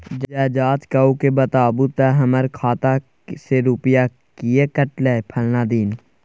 ज जॉंच कअ के बताबू त हमर खाता से रुपिया किये कटले फलना दिन?